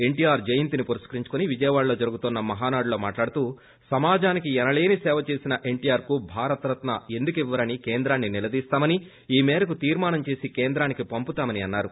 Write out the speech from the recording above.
ఎన్టీఆర్ జయంతిని పురస్కరించుకుని విజయవాడలో జరుగుతున్న మహానాడులో మాట్లాడుతూ సమాజానికి ఎనలేని ేసవ చేసిన ఎన్షీఆర్కు భారతరత్న ఎందుకివరని కేంద్రాన్ని నిలదీస్తామని ఈ మేరకు తీర్శానం చేసి కేంద్రానికి పంపుతామని అన్నారు